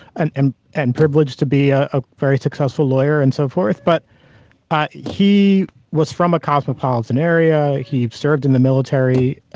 and and and privileged to be ah a very successful lawyer and so forth. but ah he was from a cosmopolitan area. he had served in the military.